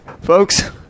Folks